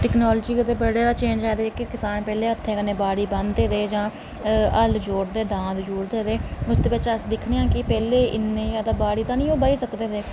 technology कन्नै बड़े गै चेंज आए दे जेह्के करसान पैह्लें हत्थें कन्नै बाड़ी बांह्दे रेह् तां हल्ल जुगड़दे दांद जुगड़दे ते उसदे बिच अस दिक्खने आं कि इन्ने जादा ओह् बाड़ी ते निं बाही सकदे के